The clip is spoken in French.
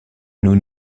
nous